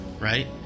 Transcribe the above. right